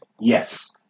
Yes